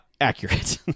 accurate